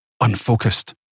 Unfocused